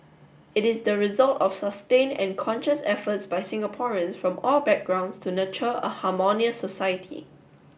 it is the result of sustained and conscious efforts by Singaporeans from all backgrounds to nurture a harmonious society